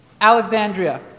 Alexandria